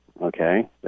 Okay